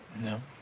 No